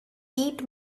eat